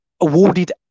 awarded